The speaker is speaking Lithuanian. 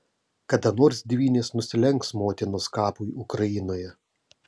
kada nors dvynės nusilenks motinos kapui ukrainoje